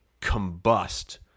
combust